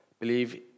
Believe